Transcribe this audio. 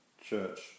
church